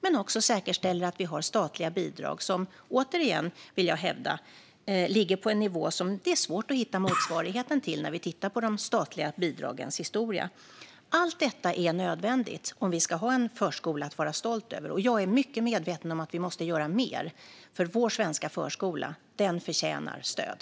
Men regeringen säkerställer också att vi har statliga bidrag som återigen, vill jag hävda, ligger på en nivå som det är svårt att hitta motsvarigheten till när vi tittar på de statliga bidragens historia. Allt detta är nödvändigt om vi ska ha en förskola att vara stolta över. Jag är mycket medveten om att vi måste göra mer, för vår svenska förskola förtjänar stöd.